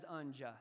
unjust